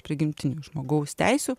prigimtinių žmogaus teisių